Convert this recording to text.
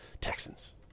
texans